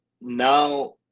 now